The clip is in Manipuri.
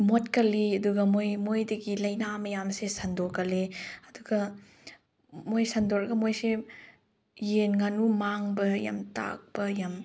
ꯃꯣꯠꯀꯜꯂꯤ ꯑꯗꯨꯒ ꯃꯣꯏ ꯃꯣꯏꯗꯒꯤ ꯂꯥꯏꯅꯥ ꯃꯌꯥꯝꯁꯦ ꯁꯟꯗꯣꯛꯀꯜꯂꯤ ꯑꯗꯨꯒ ꯃꯣꯏ ꯁꯟꯗꯣꯛꯂꯒ ꯃꯣꯏꯁꯦ ꯌꯦꯟ ꯉꯥꯅꯨ ꯃꯥꯡꯕ ꯌꯥꯝ ꯇꯥꯛꯄ ꯌꯥꯝ